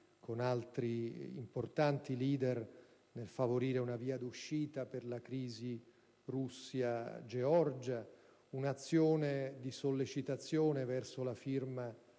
con altri importanti leader nel favorire una via d'uscita per la crisi Russia-Georgia, un'azione di sollecitazione verso la firma